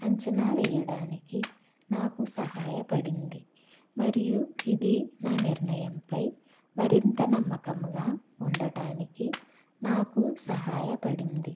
అంచనా వెయ్యడానికి నాకు సహాయపడింది మరియు ఇది నా నిర్ణయం పై మరింత నమ్మకముగా ఉండటానికి నాకు సహాయపడింది